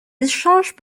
échanges